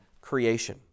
creation